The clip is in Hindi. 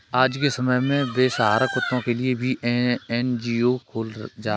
आज के समय में बेसहारा कुत्तों के लिए भी एन.जी.ओ खोले जा रहे हैं